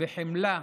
בחמלה.